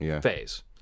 phase